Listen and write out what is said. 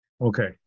okay